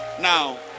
Now